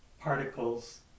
particles